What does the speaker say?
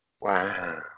Wow